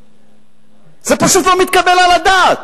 זה פשוט לא מתקבל על הדעת.